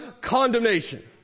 Condemnation